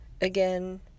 again